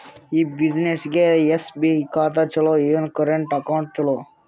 ಈ ಬ್ಯುಸಿನೆಸ್ಗೆ ಎಸ್.ಬಿ ಖಾತ ಚಲೋ ಏನು, ಕರೆಂಟ್ ಅಕೌಂಟ್ ಚಲೋ?